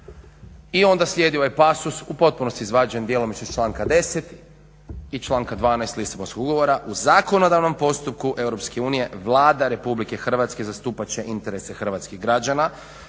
I onda slijedi ovaj pasos u potpunosti izvađen djelomično iz članka 10. i članka 12. Lisabonskog ugovora u zakonodavnom postupku EU Vlada Republike Hrvatske zastupat će interese hrvatskih građana